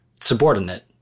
subordinate